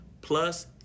plus